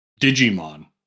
Digimon